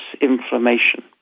inflammation